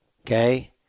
okay